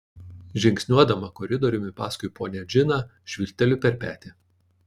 žingsniuodama koridoriumi paskui ponią džiną žvilgteliu per petį